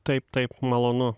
taip taip malonu